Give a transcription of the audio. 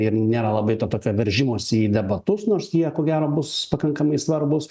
ir nelabai to tokio veržimosi į debatus nors jie ko gero bus pakankamai svarbūs